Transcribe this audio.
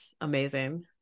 amazing